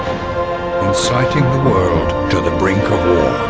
inciting the world to the brink of war.